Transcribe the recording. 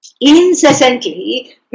incessantly